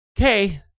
okay